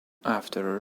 after